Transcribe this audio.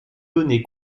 données